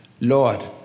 Lord